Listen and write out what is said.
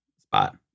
spot